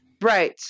Right